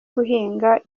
guhinga